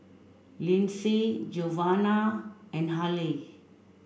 Lynsey Giovanna and Haleigh